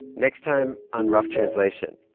next time on rough translation,